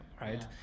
Right